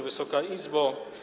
Wysoka Izbo!